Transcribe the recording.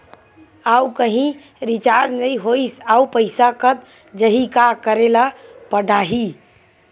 आऊ कहीं रिचार्ज नई होइस आऊ पईसा कत जहीं का करेला पढाही?